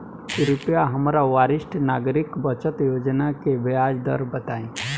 कृपया हमरा वरिष्ठ नागरिक बचत योजना के ब्याज दर बताई